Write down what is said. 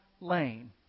lane